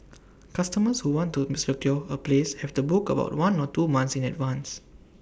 customers who want to secure A place have to book about one or two months in advance